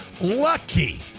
lucky